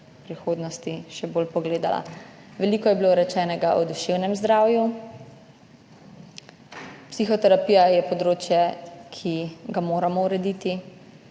prihodnosti še bolj pogledala. Veliko je bilo rečenega o duševnem zdravju. Psihoterapija je področje, ki ga moramo urediti,